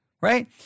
right